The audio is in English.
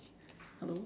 hello